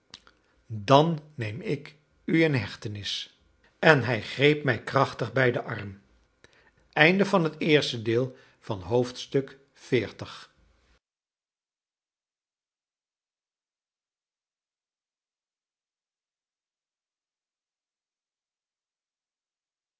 dan neem ik u in hechtenis en hij greep mij krachtig bij den arm